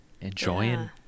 enjoying